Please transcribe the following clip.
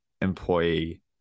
employee